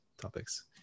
topics